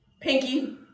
Pinky